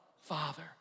Father